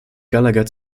gallagher